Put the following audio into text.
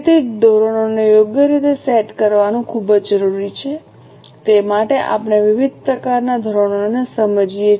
તેથી જ ધોરણોને યોગ્ય રીતે સેટ કરવું ખૂબ જ જરૂરી છે તે માટે આપણે વિવિધ પ્રકારનાં ધોરણોને સમજીએ